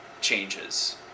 changes